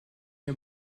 mir